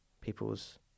people's